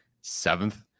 seventh